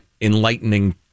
enlightening